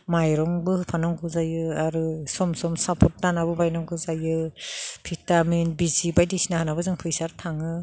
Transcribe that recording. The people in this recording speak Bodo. माइरंबो होफानांगौ जायो आरो सम सम सापद दानाबो बायनांगौ जायो भिटामिन बिजि बायदिसिना होनाबो जों फैसा थाङो